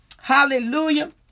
hallelujah